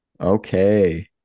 Okay